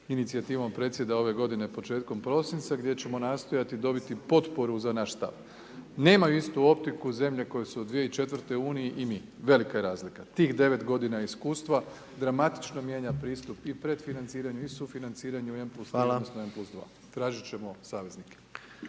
Inicijativom predsjeda ove godine početkom prosinca, gdje ćemo nastojati dobiti potporu za naš stav. Nemaju istu optiku zemlje koje su od 2004. u Uniji, i mi, velika je razlika. Tih 9 godina iskustva, dramatično mijenja pristup i predfinanciranju i sufinanciranju M plus 3 odnosno M plus 2. Tražit ćemo saveznike.